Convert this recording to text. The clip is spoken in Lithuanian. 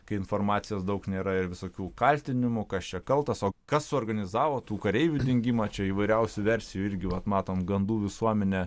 kai informacijos daug nėra ir visokių kaltinimų kas čia kaltas o kas suorganizavo tų kareivių dingimą čia įvairiausių versijų irgi matom gandų visuomenę